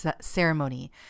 ceremony